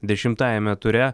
dešimtajame ture